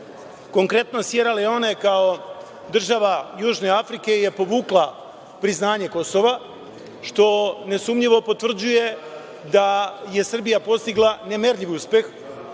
Konkretno, Sijera Leone kao država Južne Afrike je povukla priznanje Kosova, što nesumnjivo potvrđuje da je Srbija postigla nemerljiv uspeh,